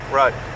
right